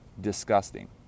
disgusting